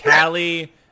Callie